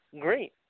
Great